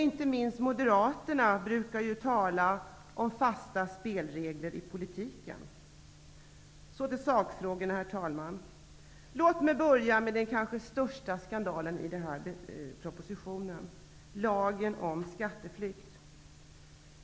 Inte minst moderaterna brukar tala om fasta spelregler i politiken. Herr talman! Så till sakfrågorna. Låt mig börja med det som kanske är den största skandalen i propositionen, Lagen mot skatteflykt.